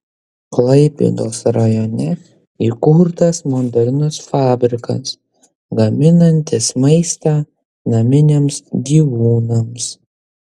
klaipėdos rajone įkurtas modernus fabrikas gaminantis maistą naminiams gyvūnams